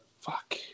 Fuck